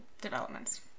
developments